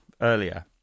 earlier